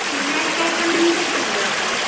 میں cash on delivery دوں گی آپ کو